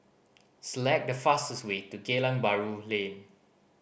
select the fastest way to Geylang Bahru Lane